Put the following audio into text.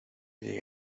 llegué